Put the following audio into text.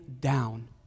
down